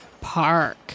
park